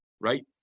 right